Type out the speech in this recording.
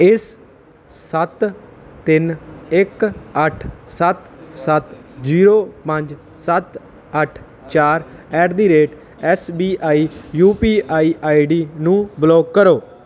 ਇਸ ਸੱਤ ਤਿੰਨ ਇੱਕ ਅੱਠ ਸੱਤ ਸੱਤ ਜੀਰੋ ਪੰਜ ਸੱਤ ਅੱਠ ਚਾਰ at the rate S B I U P I I D ਨੂੰ ਬਲੋਕ ਕਰੋ